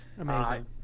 Amazing